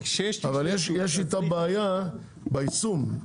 אבל יש איתה בעיה ביישום.